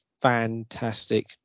fantastic